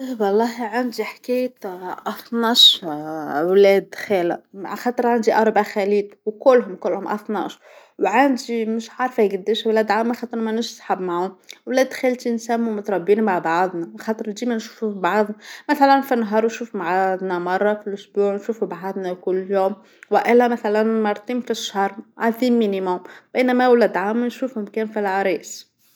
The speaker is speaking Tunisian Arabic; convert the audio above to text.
والله عندى حكاية أثناش أولاد خالة خاطر عندى أربع خالات وكلهم كلهم اثناش وعندى مش عارفة جديش ولاد عم خاطر مليش صحاب معاهم، ولاد خالتي نسمو متربين مع بعضنا خاطر ديما نشوفو فبعضنا مثلا فالنهار ونشوف بعضنا مرة فالاسبوع ونشوفو بعضنا كل يوم وإلا مثلا مرتين فى الشهر هذى مينيمم، بينما أولاد عمى نشوفهم كان في العرايس.